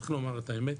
צריך לומר את האמת,